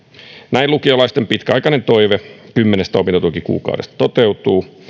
näin lukiolaisten pitkäaikainen toive kymmenestä opintotukikuukaudesta toteutuu